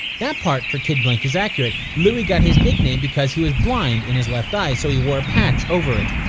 that part for kid blink is accurate. louis got his nickname because he was blind in his left eye, so he wore a patch over it.